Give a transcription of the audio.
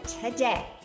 today